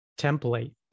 template